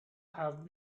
have